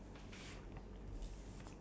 like you can clean the inside of it